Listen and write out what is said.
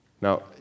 Now